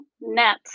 net